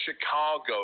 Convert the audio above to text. chicago